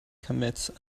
commits